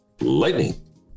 Lightning